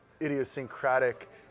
idiosyncratic